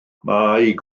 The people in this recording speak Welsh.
gwaith